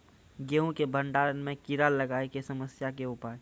गेहूँ के भंडारण मे कीड़ा लागय के समस्या के उपाय?